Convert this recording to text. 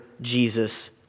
Jesus